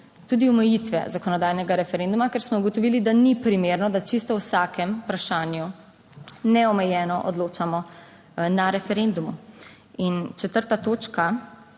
tudi omejitve zakonodajnega referenduma, ker smo ugotovili, da ni primerno, da čisto o vsakem vprašanju neomejeno odločamo na referendumu. In četrta točka